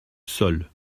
seuls